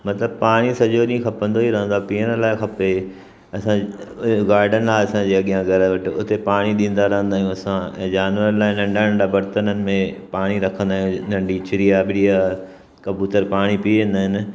मतिलबु पाणी सॼो ॾींहुं खपंदो ई रहंदो आहे पीअण लाइ खपे असां गार्डन आहे असांजे अॻियां घरु उते पाणी ॾींदा रहंदा आहियूं असां ऐं जानवर लाइ नंढा नंढा बर्तननि में पाणी रखंदा आहियूं नंढी चिड़िया विड़िया कबूतर पाणी पी वेंदा आहिनि